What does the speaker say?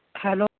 hello